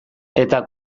eta